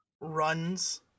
runs